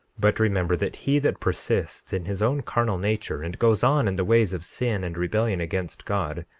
but remember that he that persists in his own carnal nature, and goes on in the ways of sin and rebellion against god,